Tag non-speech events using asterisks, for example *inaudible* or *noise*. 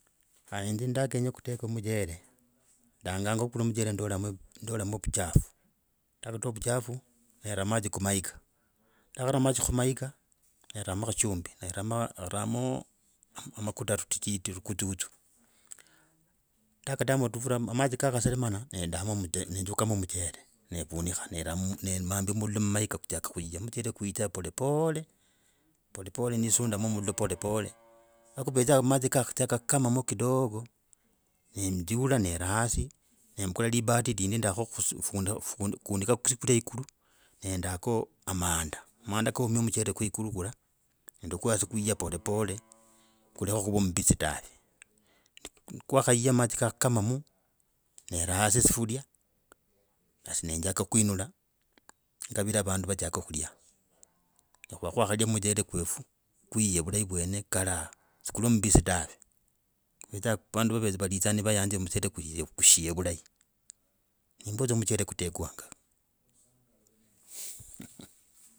*hesitation* nzi ndakenya kudeka muchele, ndanganga muchele ndalamo vuchafu, ndaktoa vuchafu, neraa madzi kumahiga, neramo kachumbi, neraa neramo a makuta rutiti, rutututsu ndakatamo tufura, madzi kakaseremana, nendamo mohe, nendukama muchele nefunihka, neramo nehamba mulaa mumahiga kuchaga kuya. Mchele kuyidzaa polepole. Polepole nesundama mulaa polepole, nikuvedzaa madzi kakachaga kukamamo kidogo nenjiula neraa hasi, nembukula libati lindi, ndaho *hesitation* fundika kusifuria ikulu nendako a manda- manda koomye muchele kwa kuhigulu kulya, nende kwa hasi kuye polepole, kulake kuva mumbisi dave kwakayia madzi kakakamamo neraa hasi sifuria has nenjaka kuinula, ngavira vandu vachanga kulya. Nikhuva kwakalya mchele kwetu kuhile vulahi vwene kalaha. Si kuli muvisi dawe, kuvetsa vandu ve, valitsa nivayanzi mchele kushile vulahim ne ndio mchele kudekwanga.